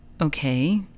Okay